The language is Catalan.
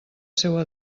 seua